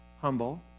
Humble